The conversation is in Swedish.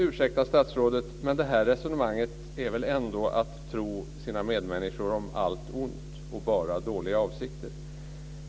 Ursäkta statsrådet, men det här resonemanget är väl ändå att tro sina medmänniskor om allt ont och bara om dåliga avsikter.